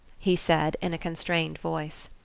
he said in a constrained voice.